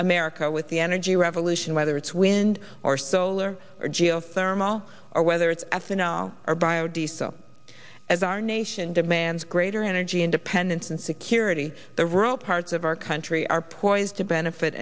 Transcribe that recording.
america with the energy revolution whether it's wind or solar or geothermal or whether it's ethanol or bio diesel as our nation demands greater energy independence and security the rural parts of our country are poised to benefit